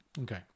Okay